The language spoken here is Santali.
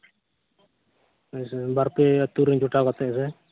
ᱟᱪᱪᱷᱟ ᱵᱟᱨᱯᱮ ᱟᱛᱳ ᱨᱮᱱ ᱡᱚᱴᱟᱣ ᱠᱟᱛᱮᱫ ᱦᱮᱸᱥᱮ